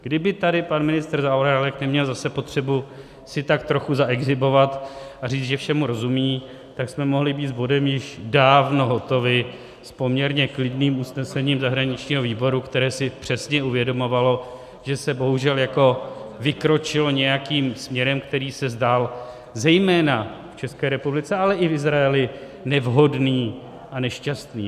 Kdyby tady pan ministr Zaorálek neměl zase potřebu si tak trochu zaexhibovat a říct, že všemu rozumí, tak jsme mohli být s bodem již dávno hotovi poměrně klidným usnesením zahraničního výboru, které si přesně uvědomovalo, že se bohužel vykročilo nějakým směrem, který se zdál zejména České republice, ale i Izraeli nevhodný a nešťastný.